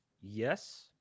Yes